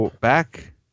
back